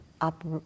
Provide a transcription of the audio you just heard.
up